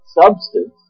substance